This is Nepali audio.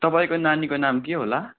तपाईँको नानीको नाम के होला